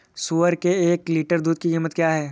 सुअर के एक लीटर दूध की कीमत क्या है?